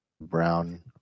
Brown